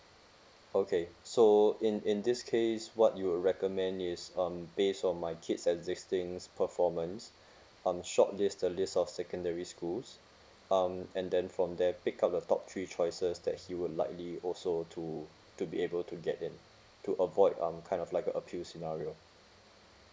okay so in in this case what you will recommend is um base on my kid's existings performance um short list a list of secondary schools um and then from there pick up the top three choices that he would likely also to to be able to get in to avoid um kind of like a appeal scenario